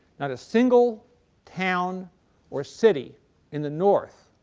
not a single town or city in the north